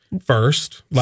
first